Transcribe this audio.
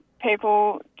people